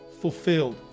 fulfilled